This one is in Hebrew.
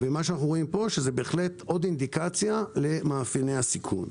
זה בהחלט עוד אינדיקציה למאפייני הסיכון.